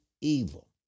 evil